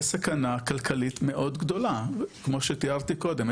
יש סכנה כלכלית מאוד גדולה כמו שתיארתי קודם,